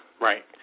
right